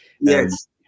Yes